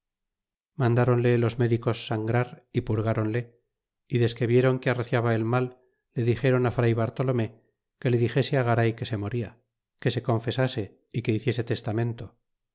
mandronle los médicos sangrar y purgronle y desque viéron que arreciaba el mal le dixéron fr bartolome que le dixese garay que se moria que se confesase y que hiciese